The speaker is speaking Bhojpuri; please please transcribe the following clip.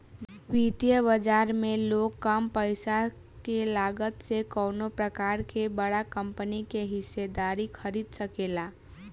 वित्तीय बाजार में लोग कम पईसा के लागत से कवनो प्रकार के बड़ा कंपनी के हिस्सेदारी खरीद सकेला